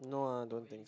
no lah don't think